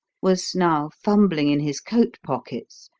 was now fumbling in his coat pockets,